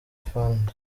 fund